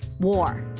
war.